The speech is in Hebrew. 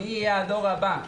מי יהיה הדור הבא?